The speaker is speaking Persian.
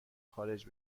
خارج